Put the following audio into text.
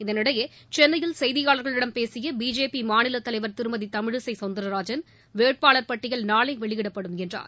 இதளிடையே சென்னையில் செய்தியாளர்களிடம் பேசிய பிஜேபி மாநிலத் தலைவர் திருமதி தமிழிகை சௌந்தரராஜன்வேட்பாளர் பட்டியல் நாளை வெளியிடப்படும் என்றார்